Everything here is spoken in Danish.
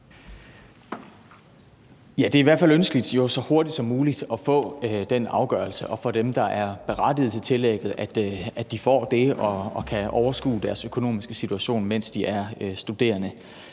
det er jo i hvert fald ønskeligt så hurtigt som muligt at få den afgørelse, og at dem, der er berettiget til tillægget, får det og kan overskue deres økonomiske situation, mens de er studerende.